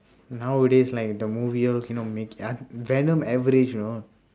nowadays like the movie all cannot make it ah venom average you know